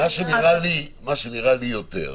מה שנראה לי יותר,